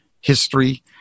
History